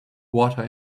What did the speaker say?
water